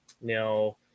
now